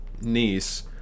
niece